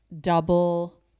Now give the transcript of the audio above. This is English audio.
double